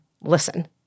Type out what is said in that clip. Listen